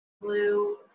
Blue